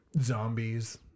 Zombies